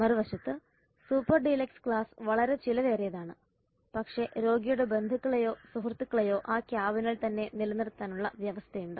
മറുവശത്ത് super deluxe class വളരെ ചെലവേറിയതാണ് പക്ഷേ രോഗിയുടെ ബന്ധുക്കളെയോ സുഹൃത്തുക്കളെയോ ആ ക്യാബിനിൽ തന്നെ നിലനിർത്താനുള്ള വ്യവസ്ഥയുണ്ട്